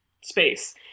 space